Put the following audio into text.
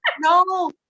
No